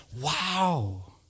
wow